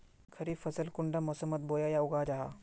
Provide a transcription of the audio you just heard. खरीफ फसल कुंडा मोसमोत बोई या उगाहा जाहा?